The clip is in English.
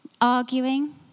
Arguing